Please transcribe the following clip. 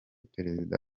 perezida